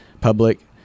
public